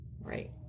Right